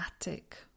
attic